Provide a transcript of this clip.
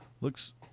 looks